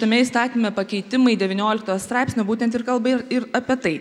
tame įstatyme pakeitimai devyniolikto straipsnio būtent ir kalba ir ir apie tai